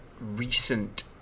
recent